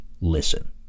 Listen